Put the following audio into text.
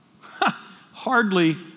Hardly